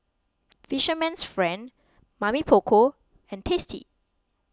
Fisherman's Friend Mamy Poko and Tasty